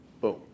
Boom